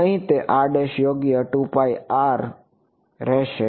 અહીં તે યોગ્ય રહેશે